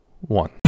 one